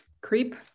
Creep